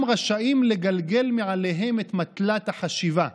רשאים לגלגל מעליהם את מטלת החשיבה.